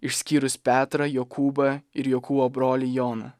išskyrus petrą jokūbą ir jokūbo brolį joną